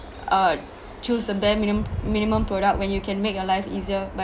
uh choose the bare minimum minimum product when you can make your life easier